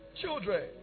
children